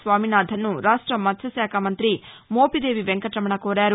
స్వామినాథన్ను రాష్ట మత్భ శాఖ మంత్రి మోపిదేవి వెంకటరమణ కోరారు